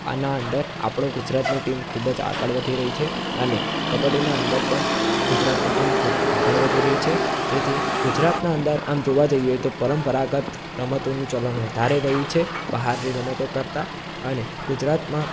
આના અંદર આપણી ગુજરાતની ટીમ ખૂબ જ આગળ વધી રહી છે અને કબડ્ડીના અંદર પણ ગુજરાતની ટીમ ખૂબ આગળ વધી રહી છે તેથી ગુજરાતના અંદર આમ જોવા જઈએ તો પરંપરાગત રમતોનું ચલણ વધારે રહ્યું છે બહારની રમતો કરતા અને ગુજરાતમાં